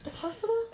possible